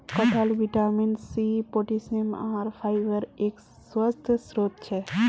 कटहल vitamin C, potassium, आहार फाइबरेर एक स्वस्थ स्रोत छे